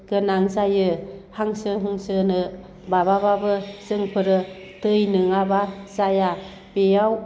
गोनां जायो हांसो हुंसोनो माबाब्लाबो जोंफोरो दै नोङाब्ला जाया बेयाव